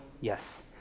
Yes